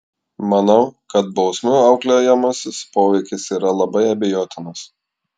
manau kad bausmių auklėjamasis poveikis yra labai abejotinas